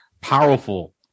powerful